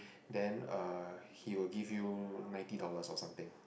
then uh he will give you ninety dollars or something